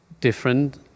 different